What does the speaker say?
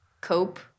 Cope